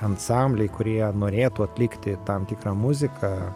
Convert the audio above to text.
ansambliai kurie norėtų atlikti tam tikrą muziką